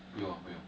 不用 ah 不用